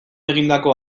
egindako